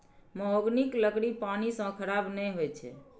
महोगनीक लकड़ी पानि सं खराब नै होइ छै